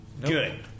Good